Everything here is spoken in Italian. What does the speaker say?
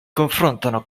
confrontano